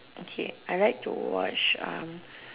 okay I like to watch